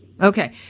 Okay